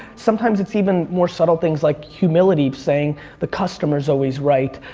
sometimes it's even more subtle things like humility of saying the customer is always right.